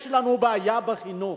יש לנו בעיה בחינוך,